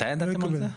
מתי ידעתם על זה?